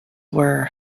were